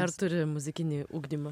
ar turi muzikinį ugdymą